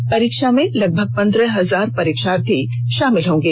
इस परीक्षा में लगभग पंदह हजार परीक्षार्थी शामिल होंगे